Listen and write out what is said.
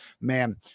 man